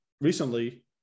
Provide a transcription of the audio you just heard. Recently